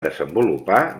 desenvolupar